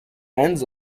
ends